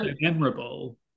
memorable